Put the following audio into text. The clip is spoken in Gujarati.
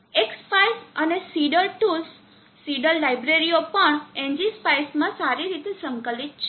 એક્સસ્પાઇસ અને સિડર ટૂલ્સ સિડર લાઇબ્રેરીઓ પણ એનજીસ્પાઈસ માં સારી રીતે સંકલિત છે